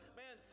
man